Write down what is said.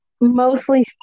Mostly